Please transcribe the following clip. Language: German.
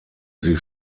sie